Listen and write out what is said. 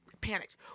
Panicked